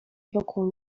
wokół